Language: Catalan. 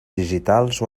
digitals